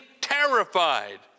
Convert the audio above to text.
terrified